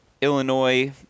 Illinois